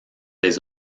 les